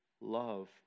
love